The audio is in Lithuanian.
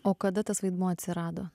o kada tas vaidmuo atsirado